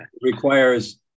requires